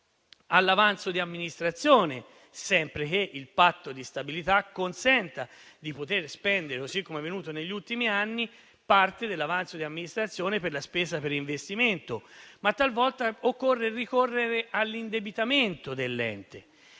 all'avanzo di amministrazione, sempre che il Patto di stabilità consenta di spendere, così com'è avvenuto negli ultimi anni, parte dell'avanzo di amministrazione per la spesa per investimento. Talvolta occorre ricorrere all'indebitamento dell'ente,